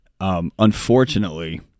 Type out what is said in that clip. Unfortunately